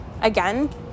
again